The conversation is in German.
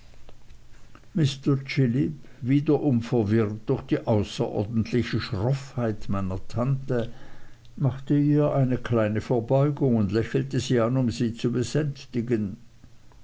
mr chillip wiederum verwirrt durch die außerordentliche schroffheit meiner tante machte ihr eine kleine verbeugung und lächelte sie an um sie zu besänftigen